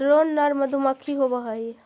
drone नर मधुमक्खी होवअ हई